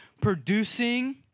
producing